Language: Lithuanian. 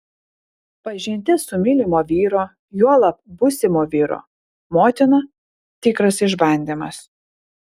pažintis su mylimo vyro juolab būsimo vyro motina tikras išbandymas